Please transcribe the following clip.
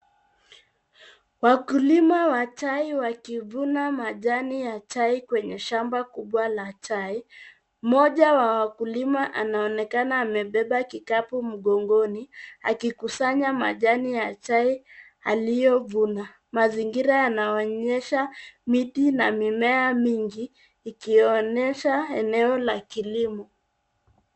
Wakulima wa chai wakivuna majani ya chai kwenye shamba kubwa la chai. Mmoja wa wakulima anaonekana amebeba kikapu mgongoni, akikusanya majani ya chai aliyovuna. Mazingira yanaonyesha miti na mimea mingi, ikionyesha eneo la kilimo.